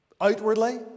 Outwardly